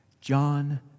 John